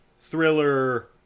thriller